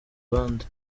abandi